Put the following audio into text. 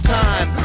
time